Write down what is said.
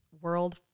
world